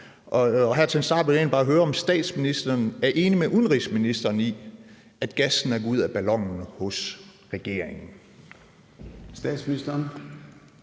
Her til en start vil jeg egentlig bare høre, om statsministeren er enig med udenrigsministeren i, at gassen er gået ud af ballonen hos regeringen.